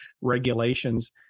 regulations